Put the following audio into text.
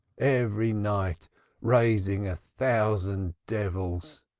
every night raising a thousand devils.